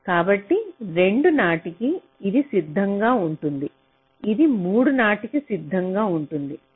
కాబట్టి 2 నాటికి ఇది సిద్ధంగా ఉంటుంది ఇది 3 నాటికి సిద్ధంగా ఉంటుంది